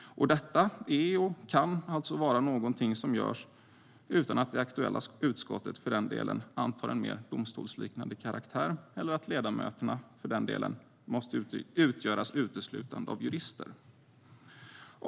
Detta är och kan alltså vara något som görs utan att det aktuella utskottet för den delen antar en mer domstolsliknande karaktär eller att ledamöterna måste utgöras uteslutande av jurister.